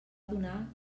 adonar